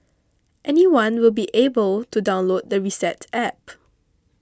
anyone will be able to download the Reset App